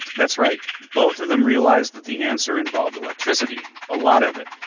that's right. both of them realized that the answer involved electricity a lot of it.